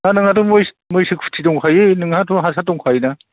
दा नोंहाथ' मैसो खुथि दंखायो नोंहाथ' हासार दंखायोना